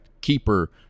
keeper